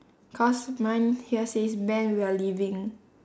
cause mine here says ben we are leaving